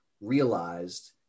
realized